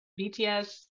bts